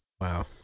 Wow